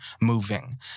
moving